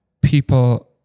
people